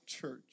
church